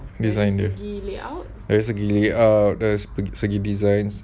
dari segi layout dari segi design